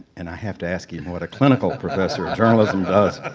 and i have to ask you what a clinical professor of journalism does,